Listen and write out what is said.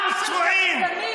גם צבועים,